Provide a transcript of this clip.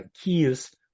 keys